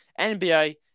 NBA